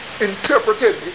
interpreted